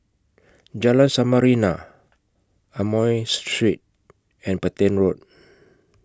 Jalan Samarinda Amoy Street and Petain Road